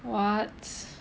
what